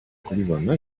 kubibona